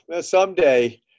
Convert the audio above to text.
someday